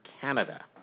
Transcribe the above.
Canada